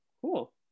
cool